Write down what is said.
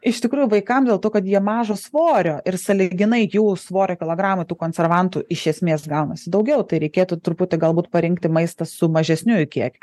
iš tikrųjų vaikam dėl to kad jie mažo svorio ir sąlyginai jų svorio kilogramą tų konservantų iš esmės gaunasi daugiau tai reikėtų truputį galbūt parinkti maistą su mažesniu jų kiekiu